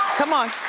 come on.